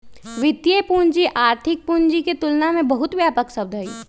वित्तीय पूंजी आर्थिक पूंजी के तुलना में बहुत व्यापक शब्द हई